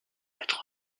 mettre